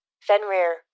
Fenrir